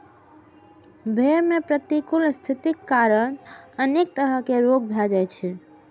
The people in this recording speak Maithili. भेड़ मे प्रतिकूल स्थितिक कारण अनेक तरह रोग भए जाइ छै